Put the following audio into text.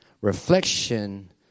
Reflection